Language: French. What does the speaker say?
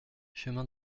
chemin